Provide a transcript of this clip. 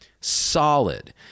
solid